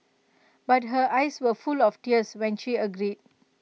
but her eyes were full of tears when she agreed